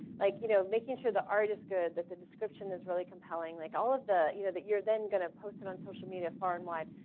like you know making sure the art is good, that the description is really compelling, like all of the, you know that you're then going to post it on social media far and wide.